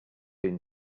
been